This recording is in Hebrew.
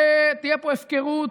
ותהיה פה הפקרות,